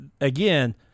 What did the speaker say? again